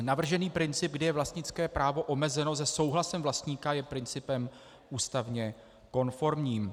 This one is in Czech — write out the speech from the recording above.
Navržený princip, kdy je vlastnické právo omezeno se souhlasem vlastníka, je principem ústavně konformním.